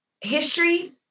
history